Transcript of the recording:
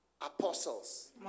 apostles